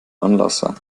anlasser